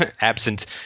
absent